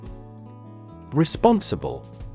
Responsible